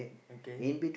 okay